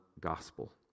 gospel